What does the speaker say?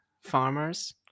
farmers